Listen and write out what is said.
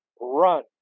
run